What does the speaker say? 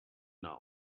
not